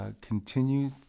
continue